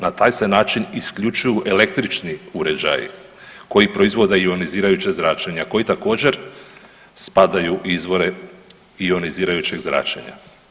Na taj se način isključuju električni uređaji koji proizvode ionizirajuće zračenje, koji također spadaju u izvore ionizirajućeg zračenja.